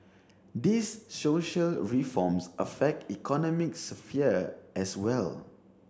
these social reforms affect the economic sphere as well